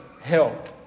help